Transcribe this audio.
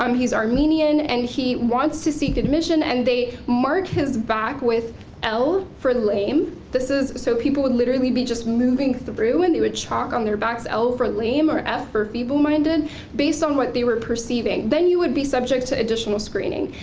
um he's armenian, and he wants to seek admission, and they mark his back with l for lame. this is so people would literally be just moving through, and they would chalk on their back l for lame or f for feeble-minded based on what they were perceiving. then you would be subject to additional screening.